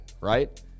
right